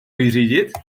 vyřídit